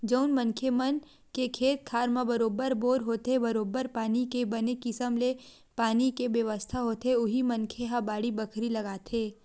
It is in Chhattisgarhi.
जउन मनखे मन के खेत खार म बरोबर बोर होथे बरोबर पानी के बने किसम ले पानी के बेवस्था होथे उही मनखे ह बाड़ी बखरी लगाथे